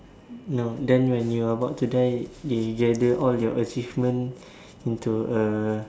no then when you about to die they gather all your achievement into a